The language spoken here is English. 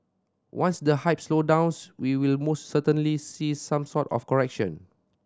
once the hype slow downs we will most certainly see some sort of correction